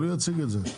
אבל הוא יציג את זה.